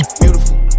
Beautiful